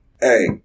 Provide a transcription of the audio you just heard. hey